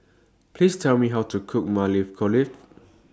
Please Tell Me How to Cook Maili Kofta